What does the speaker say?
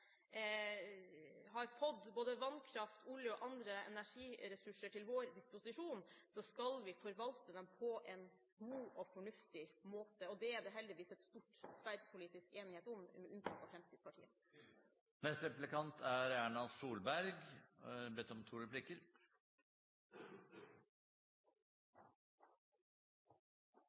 har fått både vannkraft, olje og andre energiressurser til vår disposisjon, så skal vi forvalte det på en god og fornuftig måte, og det er det heldigvis stor tverrpolitisk enighet om, med unntak av Fremskrittspartiet.